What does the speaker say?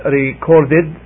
recorded